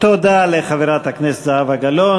תודה לחברת הכנסת זהבה גלאון.